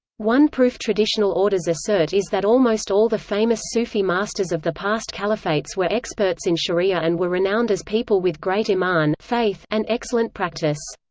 one proof traditional orders assert is that almost all the famous sufi masters of the past caliphates were experts in sharia and were renowned as people with great iman and excellent practice.